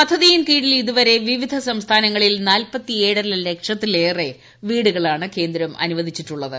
പദ്ധതിയിൻ കീഴിൽ ഇതുവരെ വിവിധ സംസ്ഥാനങ്ങളിൽ നാല്പത്തേഴര ലക്ഷത്തിലേറെ വീടുകളാണ് കേന്ദ്രം അനുവദിച്ചിട്ടുള്ളത്